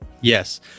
Yes